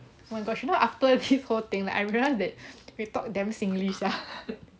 oh my gosh you know after this whole thing I realise that we talk damn singlish sia